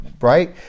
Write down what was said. right